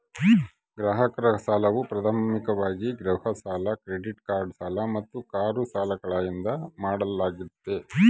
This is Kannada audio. ಗ್ರಾಹಕರ ಸಾಲವು ಪ್ರಾಥಮಿಕವಾಗಿ ಗೃಹ ಸಾಲ ಕ್ರೆಡಿಟ್ ಕಾರ್ಡ್ ಸಾಲ ಮತ್ತು ಕಾರು ಸಾಲಗಳಿಂದ ಮಾಡಲಾಗ್ತೈತಿ